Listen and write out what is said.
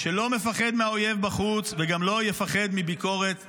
שלא מפחד מהאויב בחוץ וגם לא יפחד מביקורת מבית.